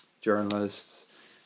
journalists